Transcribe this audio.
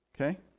okay